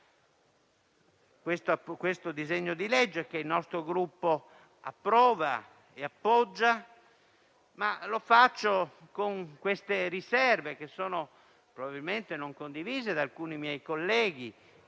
questo disegno di legge, che il mio Gruppo appoggia, ma lo faccio con queste riserve, probabilmente non condivise da alcuni colleghi, ma